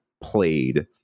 played